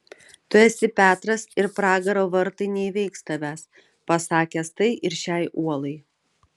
tu esi petras ir pragaro vartai neįveiks tavęs pasakęs tai ir šiai uolai